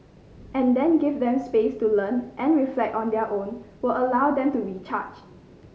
and then give them space to learn and reflect on their own will allow them to recharge